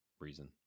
reason